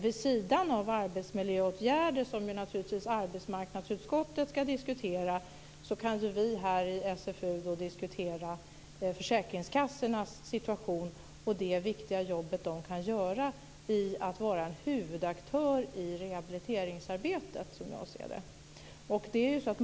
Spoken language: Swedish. Vid sidan av arbetsmiljöåtgärder, som ju naturligtvis arbetsmarknadsutskottet ska diskutera, kan ju vi här i SfU diskutera försäkringskassornas situation och det viktiga jobb som de kan göra genom att vara huvudaktör i rehabiliteringsarbetet, som jag ser det.